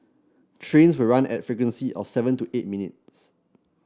trains will run at frequency of seven to eight minutes